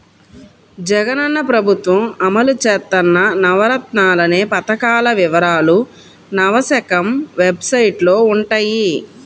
జగనన్న ప్రభుత్వం అమలు చేత్తన్న నవరత్నాలనే పథకాల వివరాలు నవశకం వెబ్సైట్లో వుంటయ్యి